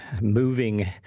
moving